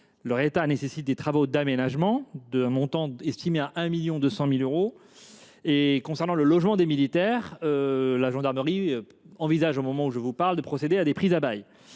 leur état nécessite des travaux d’aménagement pour un montant estimé à 1,2 million d’euros. Concernant le logement des militaires, la gendarmerie envisage de procéder à des prises à bail.